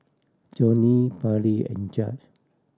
Johnnie Pairlee and Judge